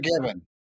given